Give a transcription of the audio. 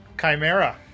Chimera